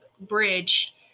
Bridge